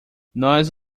nós